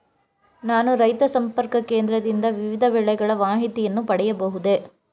ನಾನು ರೈತ ಸಂಪರ್ಕ ಕೇಂದ್ರದಿಂದ ವಿವಿಧ ಬೆಳೆಗಳ ಮಾಹಿತಿಯನ್ನು ಪಡೆಯಬಹುದೇ?